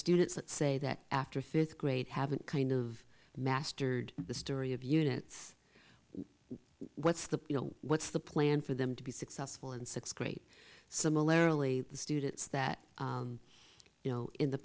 students that say that after fifth grade haven't kind of mastered the story of units what's the you know what's the plan for them to be successful and six great similarily the students that you know in the